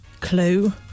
clue